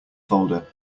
folder